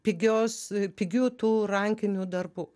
pigios pigių tų rankinių darbų